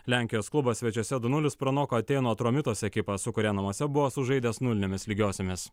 lenkijos klubas svečiuose du nulis pranoko atėnų atromitos ekipą su kuria namuose buvo sužaidęs nulinėmis lygiosiomis